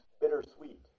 bittersweet